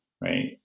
right